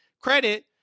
credit